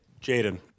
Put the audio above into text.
Jaden